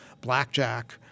blackjack